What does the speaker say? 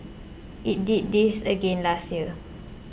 it did this again last year